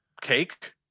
cake